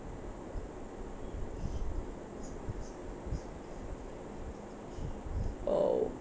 orh